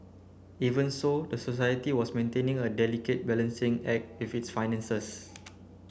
even so the society was maintaining a delicate balancing act with its finances